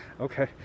Okay